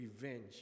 revenge